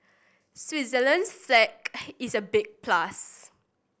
Switzerland's flag is a big plus